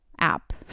app